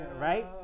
Right